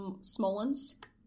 Smolensk